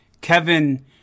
Kevin